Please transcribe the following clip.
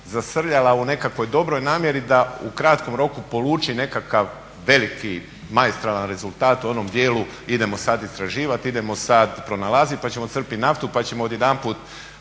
zasrljala u nekakvoj dobroj namjeri da u kratkom roku poluči nekakav veliki maestralan rezultat u onom dijelu idemo sad istraživati, idemo sad pronalaziti pa ćemo crpiti naftu, pa ćemo odjedanput